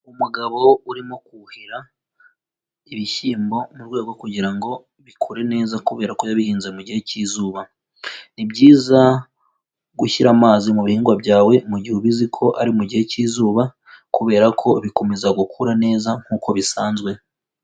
Umugabo urimo kuhira ibishyimbo mu rwego rwo kugira ngo bikure neza kubera ko yabihinze mu gihe k'izuba ni byiza gushyira amazi mu bihingwa byawe mu gihe uba uzi ko ari mu gihe k'izuba kubera ko bikomeza gukura neza nkuko bisanzwe.